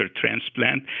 transplant